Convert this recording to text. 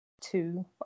two